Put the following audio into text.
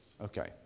Okay